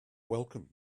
welcomed